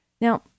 Now